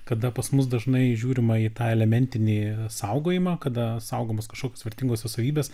kada pas mus dažnai žiūrima į tą elementinį saugojimą kada saugomos kažkokios vertingosios savybės